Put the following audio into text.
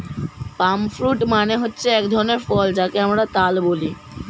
পাম fruit মানে হচ্ছে এক ধরনের ফল যাকে আমরা তাল বলি